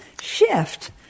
shift